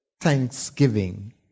Thanksgiving